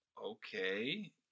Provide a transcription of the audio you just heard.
okay